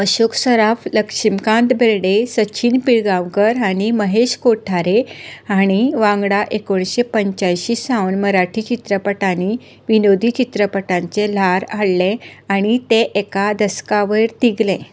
अशोक सराफ लक्ष्मीकांत बेर्डे सचिन पिळगांवकर आनी महेश कोठारे हांणी वांगडा एकोणशे पंच्यायशी सावन मराठी चित्रपटांनी विनोदी चित्रपटांचें ल्हार हाडलें आनी तें एका दसकावयर तिगलें